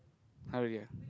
har really ah